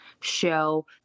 show